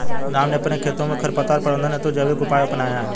राम ने अपने खेतों में खरपतवार प्रबंधन हेतु जैविक उपाय अपनाया है